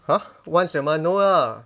!huh! once a month no lah